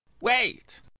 Wait